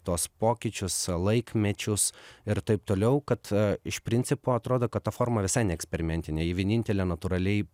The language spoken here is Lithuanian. tuos pokyčius laikmečius ir taip toliau kad iš principo atrodo kad ta forma visai neeksperimentinė ji vienintelė natūraliai